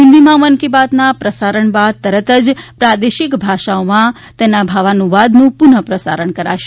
હિંદીમાં મન કી બાતના પ્રસારણ બાદ તરત જ પ્રાદેશિક ભાષાઓમાં તેના ભાવાનુવાદનું પુનઃપ્રસારણ કરાશે